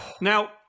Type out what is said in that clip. now